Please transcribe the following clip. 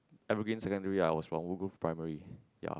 Evergreen Secondary I was from Woodgrove Primary ya